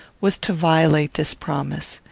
was to violate this promise.